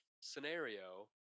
scenario